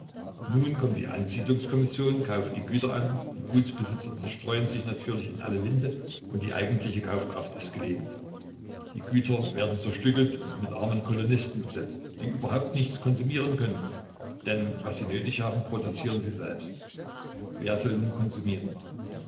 nun kommt die ansiedlungskommission kauft die güter an die gutsbesitzer zerstreuen sich natürlich in alle winde und die eigentliche kaufkraft ist gelähmt die güter werden zerstückelt und mit armen kolonisten besetzt die überhaupt nichts konsumieren können denn was sie nötig haben produzieren sie selbst wer soll nun konsumieren